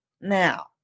Now